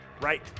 Right